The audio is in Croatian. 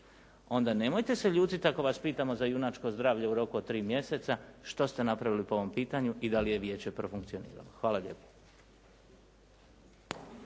onda nemojte se ljutiti ako vas pitamo za junačko zdravlje u roku od 3 mjeseca? Što ste napravili po ovom pitanju i da li je Vijeće profunkcioniralo? Hvala lijepo.